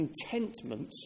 contentment